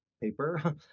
paper